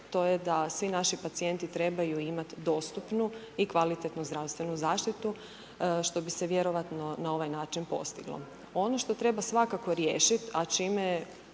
to je da svi naši pacijenti trebaju imat dostupnu i kvalitetnu zdravstvenu zaštitu što bi se vjerojatno na ovaj način postiglo. Ono što treba svakako riješit, a čime